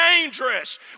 dangerous